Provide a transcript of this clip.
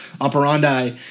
operandi